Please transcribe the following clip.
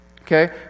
okay